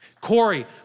Corey